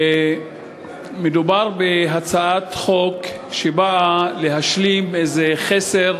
מדובר בהצעת חוק שבאה להשלים איזה חסר